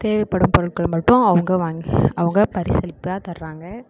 தேவைப்படும் பொருட்கள் மட்டும் அவங்க வாங்கி அவங்க பரிசளிப்பாக தராங்க